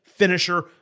finisher